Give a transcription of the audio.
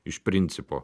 iš principo